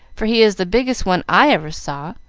for he is the biggest one i ever saw,